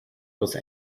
los